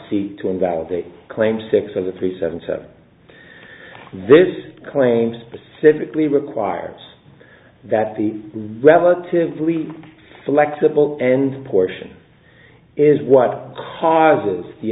seek to invalidate claims six of the three seven to this claim specifically requires that the relatively selectable and portion is what causes the